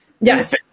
Yes